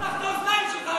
תפתח את האוזניים שלך.